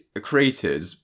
created